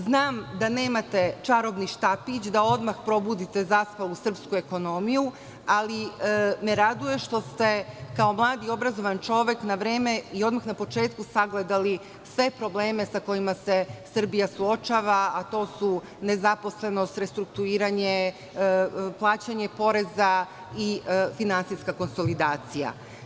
Znam da nemate čarobni štapić, da odmah probudite zaspalu srpsku ekonomiju, ali me raduje što ste kao mlad i obrazovan čovek na vreme i odmah na početku sagledali sve probleme sa kojima se Srbija suočava, a to su nezaposlenost, restrukturiranje, plaćanje poreza i finansijska konsolidacija.